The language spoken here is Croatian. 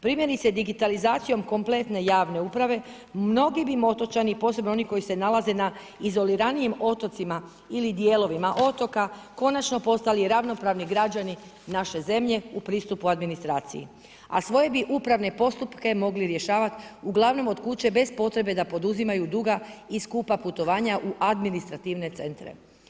Primjerice, digitalizacijom kompletne javne uprave mnogi bi otočani posebni oni koji se nalaze na izoliranijim otocima ili dijelovima otoka, konačno postali ravnopravni građani naše zemlje u pristupu administraciji a svoje bi uprave postupke mogli rješavati uglavnom od kuće bez potrebe da poduzimaju duga i skupa putovanja u administrativne centre.